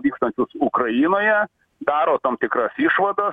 vykstančius ukrainoje daro tam tikras išvadas